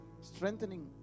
Strengthening